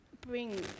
bring